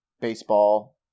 baseball